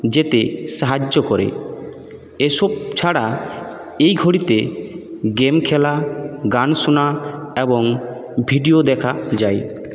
যেতে সাহায্য করে এসব ছাড়া এই ঘড়িতে গেম খেলা গান শোনা এবং ভিডিও দেখা যায়